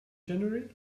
january